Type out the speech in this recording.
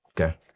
Okay